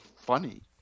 funny